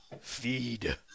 feed